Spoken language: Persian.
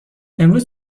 امروز